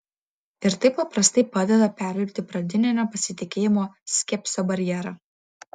ir tai paprastai padeda perlipti pradinio nepasitikėjimo skepsio barjerą